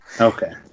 Okay